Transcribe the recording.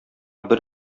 бер